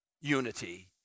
unity